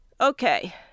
Okay